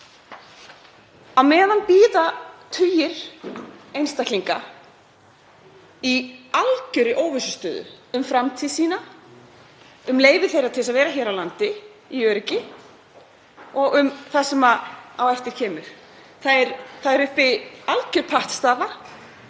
Á meðan bíða tugir einstaklinga í algjörri óvissu um framtíð sína, um leyfi til að vera hér á landi í öryggi og um það sem á eftir kemur. Hér er uppi alger pattstaða.